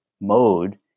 mode